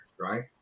right